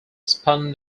spun